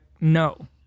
no